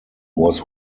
was